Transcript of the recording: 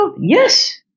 Yes